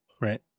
Right